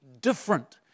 different